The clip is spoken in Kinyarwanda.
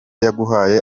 yaguhaye